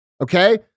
Okay